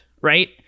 right